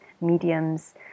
mediums